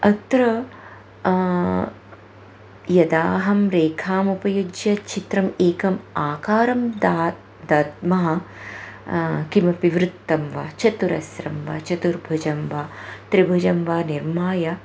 अत्र यदा अहं रेखामुपयुज्य चित्रम् एकम् आकारं दा दद्मः किमपि वृत्तं वा चतुरस्रं वा चतुर्भुजं वा त्रिभुजं वा निर्माय